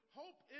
hope